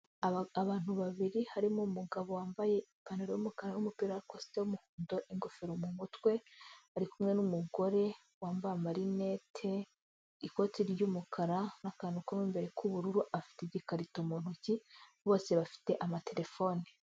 Abantu babiri harimo umugabo wambaye ipantaro y'umukara n'umupira w'arakosite w'umuhondo, ingofero mu mutwe, ari kumwe n'umugore wambaye amarinete, ikote ry'umukara n'akantu ko mu imbere k'ubururu, afite igikarito mu ntoki, bose bafite amatelefone.